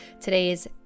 Today's